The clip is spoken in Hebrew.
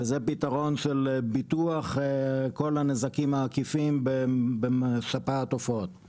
וזה פתרון של ביטוח כל הנזקים העקיפים בשפעת עופות.